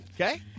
Okay